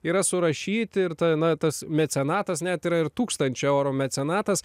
yra surašyti ir ta na tas mecenatas net yra ir tūkstančio eurų mecenatas